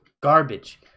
garbage